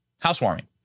Housewarming